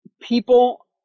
people